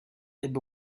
ebbe